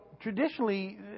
traditionally